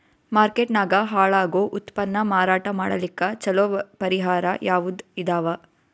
Market ನಾಗ ಹಾಳಾಗೋ ಉತ್ಪನ್ನ ಮಾರಾಟ ಮಾಡಲಿಕ್ಕ ಚಲೋ ಪರಿಹಾರ ಯಾವುದ್ ಇದಾವ?